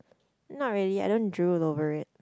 not really I don't drool over it